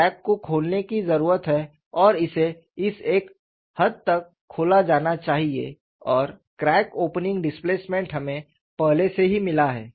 crack को खोलने की जरूरत है और इसे इस एक हद तक खोला जाना चाहिए और क्रैक ओपनिंग डिस्प्लेसमेंट हमे पहले से ही मिला है